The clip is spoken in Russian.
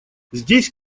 здесь